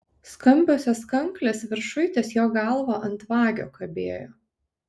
skambiosios kanklės viršuj ties jo galva ant vagio kabėjo